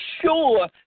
sure